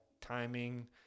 timing